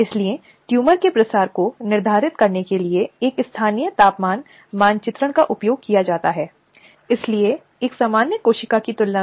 इसलिए यह कानून महिलाओं को यह सुनिश्चित करने के लिए सशक्त बनाने की कोशिश करता है कि उसे उसका अधिकार मिले